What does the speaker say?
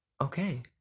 okay